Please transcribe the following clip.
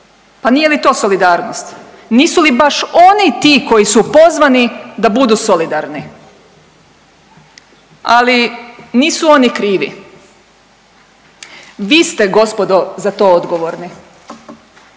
pa nije li to solidarnost, nisu li baš oni ti koji su pozvani da budu solidarni, ali nisu oni krivi, vi ste gospodo za to odgovorni.